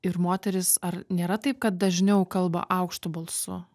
ir moterys ar nėra taip kad dažniau kalba aukštu balsu